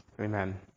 Amen